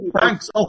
Thanks